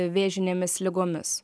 vėžinėmis ligomis